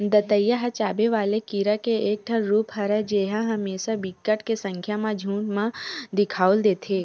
दतइया ह चाबे वाले कीरा के एक ठन रुप हरय जेहा हमेसा बिकट के संख्या म झुंठ म दिखउल देथे